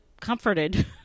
comforted